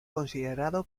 considerado